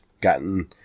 gotten